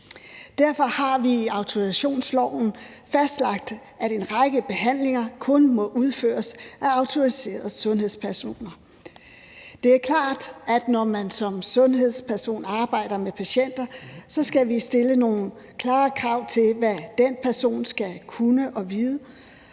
Derfor har vi i autorisationsloven fastlagt, at en række behandlinger kun må udføres af autoriserede sundhedspersoner. Det er klart, at når man som sundhedsperson arbejder med patienter, skal vi stille nogle klare krav til, hvad den person skal kunne og vide,